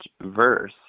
verse